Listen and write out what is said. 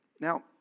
Now